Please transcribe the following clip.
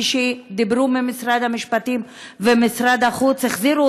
כשדיברו ממשרד המשפטים ומשרד החוץ החזירו